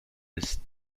ist